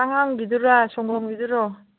ꯆꯉꯥꯡꯒꯤꯗꯨꯔꯥ ꯁꯪꯒꯣꯝꯒꯤꯗꯔꯣ